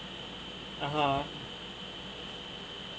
(uh huh)